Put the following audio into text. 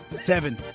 seven